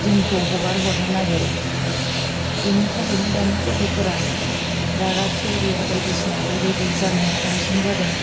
दिनखौ हगार हरनो नागेरो बिनि थाखायनो दानि गथ'फोरा रागा थिउरिया बायदिसिना बेबायदि जानाया बांसिन जादों